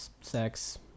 sex